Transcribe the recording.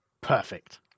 Perfect